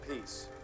peace